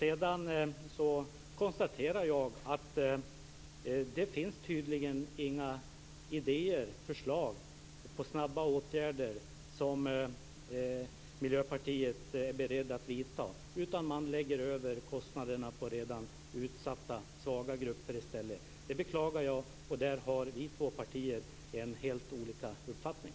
Jag konstaterar att det tydligen inte finns förslag på snabba åtgärder som Miljöpartiet är beredd att vidta. Man lägger över kostnaderna på redan utsatta, svaga grupper. Jag beklagar det. Där har våra partier helt olika uppfattning.